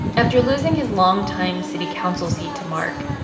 after losing his longtime city council seat to mark,